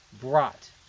brought